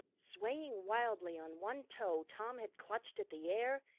swaying wildly on one toe tom had clutched at the air,